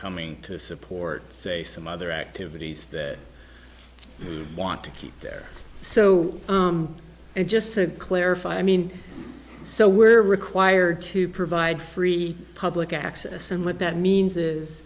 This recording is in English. coming to support say some other activities that we want to keep there so just to clarify i mean so we're required to provide free public access and what that means is